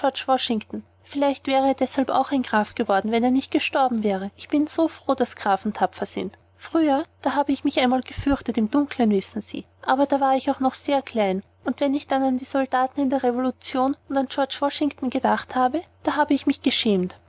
vielleicht wäre er auch deshalb ein graf geworden wenn er nicht gestorben wäre ich bin so froh daß grafen tapfer sind früher da habe ich mich manchmal gefürchtet im dunkeln wissen sie aber da war ich auch noch sehr klein und wenn ich dann an die soldaten in der rev'lution und an george washington gedacht habe da habe ich mich geschämt